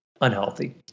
unhealthy